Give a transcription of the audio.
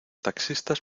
taxistas